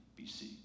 BC